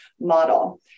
model